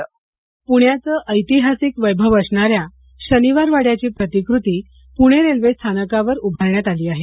प्ण्याच ऐतिहासिक वैभव असणाऱ्या शनिवार वाड्याघी प्रतिकृती पुणे रेल्वे स्थानकावर उभारण्यात आली आहे